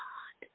God